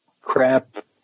crap